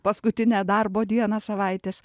paskutinę darbo dieną savaitės